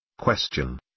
Question